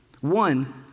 One